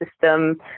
system